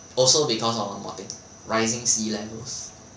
also because of the modern rising sea levels